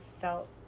felt